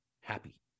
happy